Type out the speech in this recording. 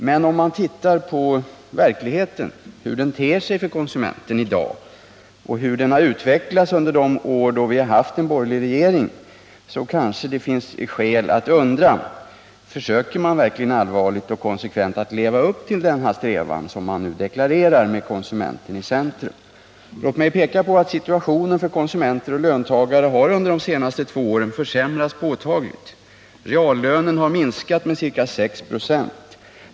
Men om man ser efter hur verkligheten ter sig för konsumenten i dag och hur den har utvecklats under de år då vi har haft en borgerlig regering, kanske det finns skäl att undra: Försöker man verkligen allvarligt och konsekvent leva upp till den strävan att sätta konsumenten i centrum som man nu deklarerar? Låt mig peka på att situationen för konsumenter och löntagare under de senaste två åren har försämrats påtagligt. Reallönen har minskat med ca 6 96.